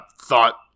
thought